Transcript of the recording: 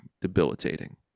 debilitating